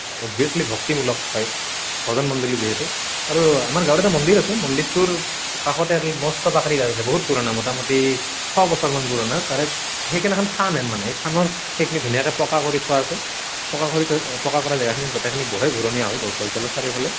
obviously ভক্তিমূলক হয় ভজন মণ্ডলী যিহেতু আৰু আমাৰ গাঁৱত এটা মন্দিৰ আছে মন্দিৰটোৰ কাষতে এডাল মস্ত বাকৰি গছ আছে বহুত পুৰণা মোটামুটি শ বছৰমান পুৰণা তাৰে সেইখন এখন থান হেন মানে সেই থানৰ সেইখিনি ধুনীয়াকৈ পকা কৰি থোৱা আছে পকা কৰি থোৱা পকা কৰা জেগাখিনিত গোটেইখিনি বহে ঘূৰণীয়া হৈ গছডালৰ চাৰিওফালে